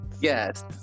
Yes